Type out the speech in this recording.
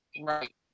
right